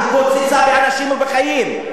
התפוצצה באנשים ובחיים,